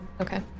okay